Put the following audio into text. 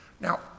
Now